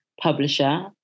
publisher